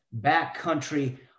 backcountry